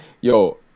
Yo